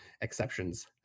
exceptions